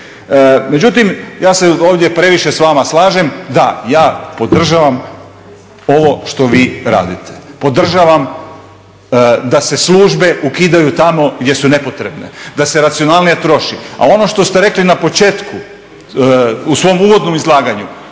Međutim, ja sam ovdje previše s vama slažem, da ja podržavam ovo što vi radite. Podržavam da se službe ukidaju tamo gdje su nepotrebne, da se racionalnije troši, a ono što ste rekli na početku, u svom uvodnom izlaganju,